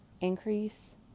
increase